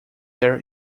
their